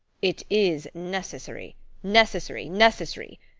it is necessary necessary necessary!